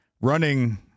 running